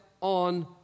on